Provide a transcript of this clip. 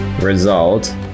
result